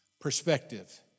Perspective